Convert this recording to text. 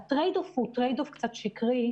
וה trade off הוא קצת שקרי,